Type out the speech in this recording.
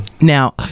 Now